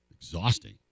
exhausting